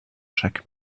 chaque